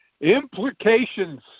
implications